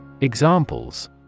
Examples